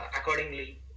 Accordingly